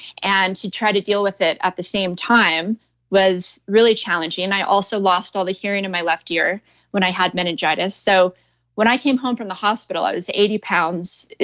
and to try to deal with it at the same time was really challenging. and i also lost all the hearing in my left ear when i had meningitis. so when i came home from the hospital, i was eighty pounds,